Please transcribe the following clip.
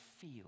feel